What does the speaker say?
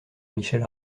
michel